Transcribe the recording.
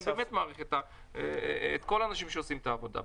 אני באמת מעריך את כל האנשים שעושים את העבודה.